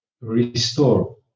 restore